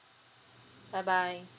bye bye